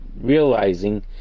realizing